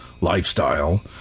Lifestyle